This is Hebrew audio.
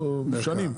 שנים.